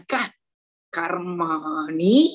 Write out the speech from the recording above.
Karmani